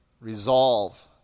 resolve